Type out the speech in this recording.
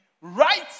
right